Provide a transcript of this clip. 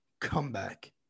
comeback